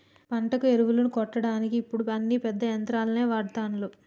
పంటకు ఎరువులు కొట్టడానికి ఇప్పుడు అన్ని పెద్ద యంత్రాలనే వాడ్తాన్లు